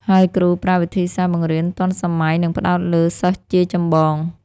ហើយគ្រូប្រើវិធីសាស្ត្របង្រៀនទាន់សម័យនិងផ្តោតលើសិស្សជាចម្បង។